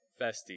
FESTI